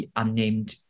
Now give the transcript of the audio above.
unnamed